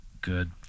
Good